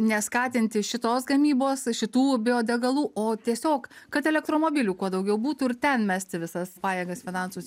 neskatinti šitos gamybos šitų biodegalų o tiesiog kad elektromobilių kuo daugiau būtų ir ten mesti visas pajėgas finansus